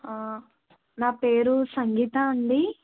నా పేరు సంగీత అండి